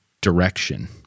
direction